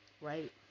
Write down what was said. Right